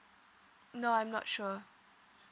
no I'm not sure